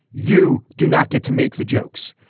you do not get to make the jokes.